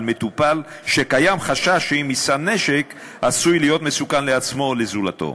על מטופל שקיים חשש שאם יישא נשק הוא עשוי להיות מסוכן לעצמו או לזולתו.